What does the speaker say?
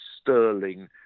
Sterling